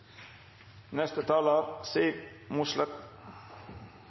Neste talar